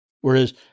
whereas